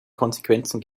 konsequenzen